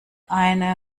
eine